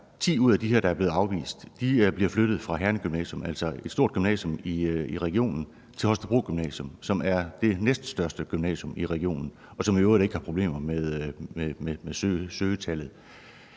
ti ud af de her, der er blevet afvist, flyttet fra Herning Gymnasium, altså et stort gymnasium i regionen, til Holstebro Gymnasium, som er det næststørste gymnasium i regionen, og som i øvrigt ikke har problemer med søgetallet.